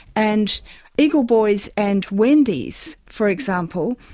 and eagle boys and wendy's, for example,